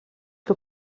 que